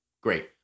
Great